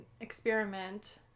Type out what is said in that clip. experiment